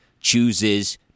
chooses